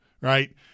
right